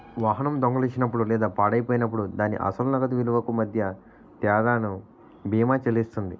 వాహనం దొంగిలించబడినప్పుడు లేదా పాడైపోయినప్పుడు దాని అసలు నగదు విలువకు మధ్య తేడాను బీమా చెల్లిస్తుంది